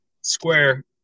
square